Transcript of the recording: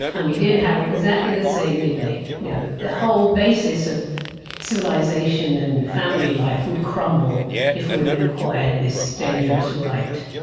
and we did have exactly the same debate, you know, that the whole basis of civilisation and family life would crumble if women acquired this dangerous right.